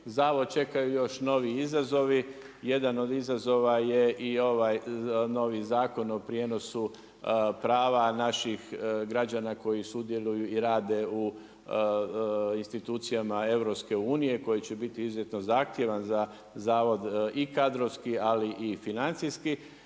zavod čekaju još novi izazovi, jedna od izazova je i ovaj novi zakon o prijenosu prava naših građana koji sudjeluju i rade u institucijama EU-a, koji će biti izuzetno zahtjevan za zavod i kadrovski ali i financijski.